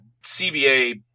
CBA